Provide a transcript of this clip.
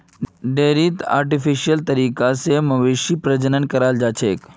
डेयरीत आर्टिफिशियल तरीका स मवेशी प्रजनन कराल जाछेक